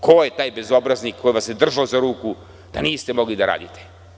Ko je taj bezobraznik koji vas je držao za ruku da niste mogli da radite?